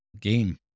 game